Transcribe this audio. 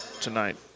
Tonight